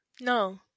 No